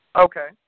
Okay